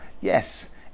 yes